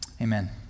Amen